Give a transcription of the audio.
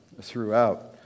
throughout